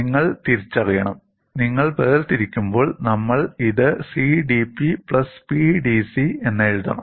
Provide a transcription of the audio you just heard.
നിങ്ങൾ തിരിച്ചറിയണം നിങ്ങൾ വേർതിരിക്കുമ്പോൾ നമ്മൾ ഇത് CdP PdC എന്ന് എഴുതണം